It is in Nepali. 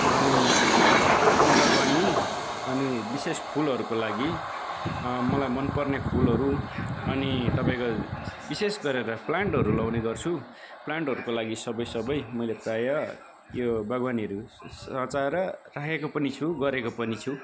अनि फुल बागवानी अनि विशेष फुलहरूको लागि मलाई मन पर्ने फुलहरू अनि तपाईँको विशेष गरेर प्लान्टहरू लगाउने गर्छु प्लान्टहरूको लागि सबै सबै मैले प्रायः यो बागवानीहरू स सजाएर राखेको पनि छु गरेको पनि छु